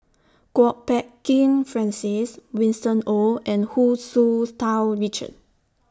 Kwok Peng Kin Francis Winston Oh and Hu Tsu Tau Richard